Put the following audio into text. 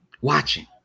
watching